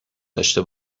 داشته